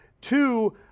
Two